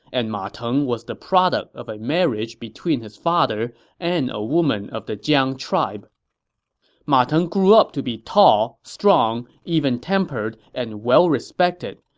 and ma teng was the product of a marriage between his father and a woman of the jiang tribe ma teng grew up to be tall, strong, even-tempered, and well-respected.